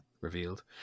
revealed